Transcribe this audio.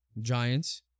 Giants